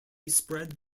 spread